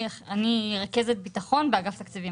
אני רכזת ביטחון באגף התקציבים,